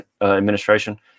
administration